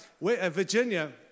Virginia